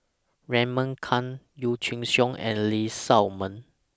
Raymond Kang Yee Chia Hsing and Lee Shao Meng